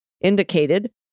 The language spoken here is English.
indicated